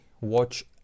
watch